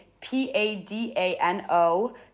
P-A-D-A-N-O